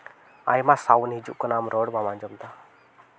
ᱟᱭᱢᱟ ᱥᱟᱣᱩᱱᱰ ᱦᱤᱡᱩᱜ ᱠᱟᱱᱟ ᱟᱢ ᱨᱚᱲ ᱵᱟᱢ ᱟᱸᱡᱚᱢᱫᱟ